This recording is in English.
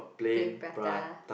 plain prata